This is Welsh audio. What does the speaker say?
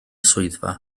swyddfa